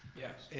yes.